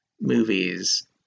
movies